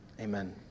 Amen